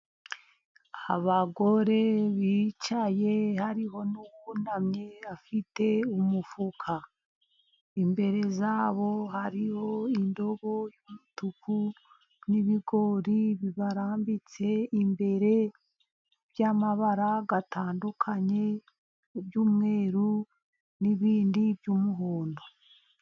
Abagore bicaye hariho n'uwunamye afite umufuka, imbere yabo hariho indobo y'umutuku n'ibigori, bibarambitse imbere by'amabara atandukanye, iby'umweru n'ibindi by'umuhondo.